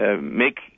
make